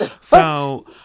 So-